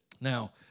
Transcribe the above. Now